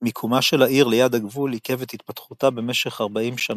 מיקומה של העיר ליד הגבול עיכב את התפתחותה במשך 40 השנים